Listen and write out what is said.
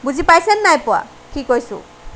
বুজি পাইছেনে নাই পোৱা কি কৈছোঁ